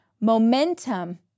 momentum